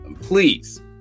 Please